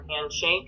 handshake